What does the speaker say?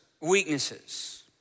weaknesses